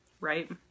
right